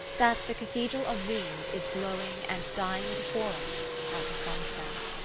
that the cathedral of rheims is glowing and dying before us like a sunset.